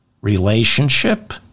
relationship